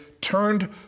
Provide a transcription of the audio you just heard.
turned